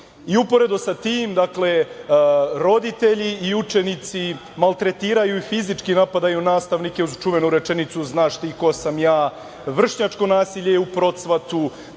Uporedo sa tim, dakle, roditelji i učenici maltretiraju i fizički napadaju nastavnike uz čuvenu rečenicu „znaš ti ko sam ja“, vršnjačko nasilje je u procvatu.